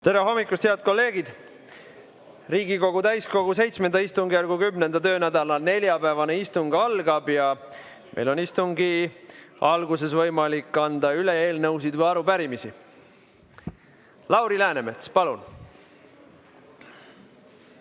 Tere hommikust, head kolleegid! Algab Riigikogu täiskogu VII istungjärgu 10. töönädala neljapäevane istung ja meil on istungi alguses võimalik üle anda eelnõusid või arupärimisi. Lauri Läänemets, palun!